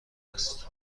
است